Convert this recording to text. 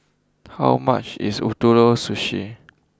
how much is Ootoro Sushi